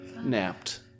Napped